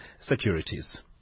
Securities